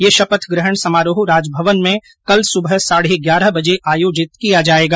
यह शपथ ग्रहण समारोह राजभवन में कल सुबह साढे ग्यारह बजे आयोजित किया जाएगा